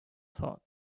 thought